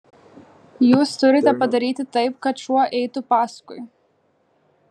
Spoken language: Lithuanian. jūs turite padaryti taip kad šuo eitų paskui